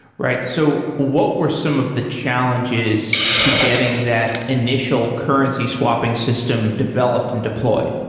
right. so what were some of the challenges to getting that initial currency swapping system developed and deployed?